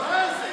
התבלבלת.